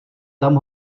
tam